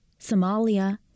Somalia